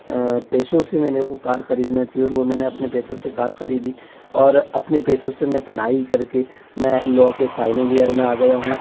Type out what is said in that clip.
पैसों से मैंने वो कार खरीदना थी और वो मैंने अपने पैसों से वो कार खरीदी और अपने पैसों से मैं पढ़ाई करके मैं लॉ के फ़ाइनल यर में आ गया हूँ